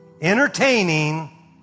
entertaining